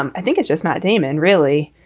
um i think it's just matt damon, really,